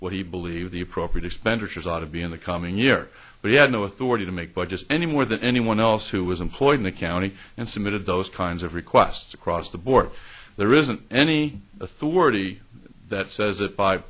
he believed the appropriate expenditures ought to be in the coming year but he had no authority to make budgets any more than anyone else who was employed in the county and submitted those kinds of requests across the board there isn't any authority that says it by